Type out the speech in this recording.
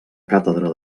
càtedra